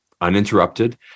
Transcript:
uninterrupted